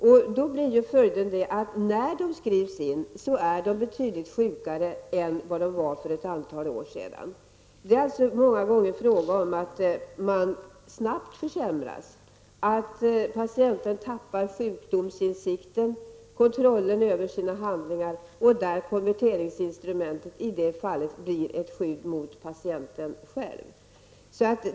Följden blir att när patienterna skrivs in är de betydligt sjukare än vad motsvarande patienter var för ett antal år sedan. Det är många gånger fråga om att de snabbt försämras, att patienten tappar sjukdomsinsikten, kontrollen över sina handlingar, och där konverteringsinstrumentet blir ett skydd mot patienten själv.